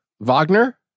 Wagner